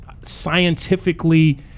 scientifically